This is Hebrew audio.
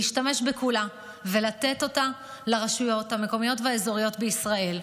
להשתמש בכולה ולתת אותה לרשויות המקומיות והאזוריות בישראל,